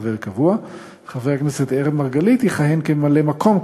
אין נמנעים.